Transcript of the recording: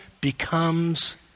becomes